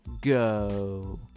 go